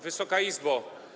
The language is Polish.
Wysoka Izbo!